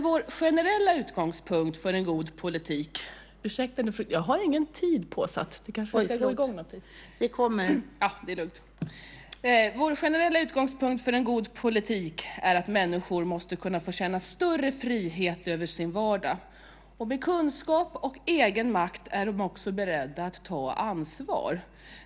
Vår generella utgångspunkt för en god politik är att människor måste kunna få känna större frihet över sin vardag. Med kunskap och egen makt är de också beredda att ta ansvar.